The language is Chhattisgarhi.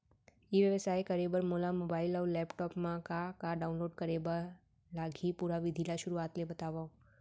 ई व्यवसाय करे बर मोला मोबाइल अऊ लैपटॉप मा का का डाऊनलोड करे बर लागही, पुरा विधि ला शुरुआत ले बतावव?